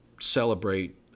celebrate